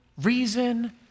reason